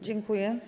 Dziękuję.